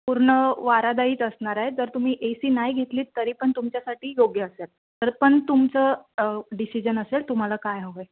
पूर्ण वारादायीच असणार आहे तर तुम्ही ए सी नाही घेतलीत तरी पण तुमच्यासाठी योग्य असेल तरी पण तुमचं डिसीजन असेल तुम्हाला काय हवं आहे